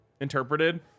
interpreted